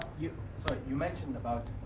you so like you mentioned about,